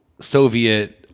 Soviet